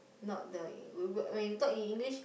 not the when you talk in English